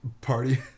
party